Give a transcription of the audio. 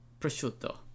prosciutto